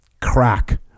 Crack